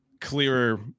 clearer